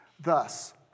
Thus